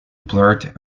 blurt